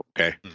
okay